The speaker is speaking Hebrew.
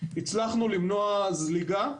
הצלחנו למנוע זליגה.